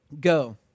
go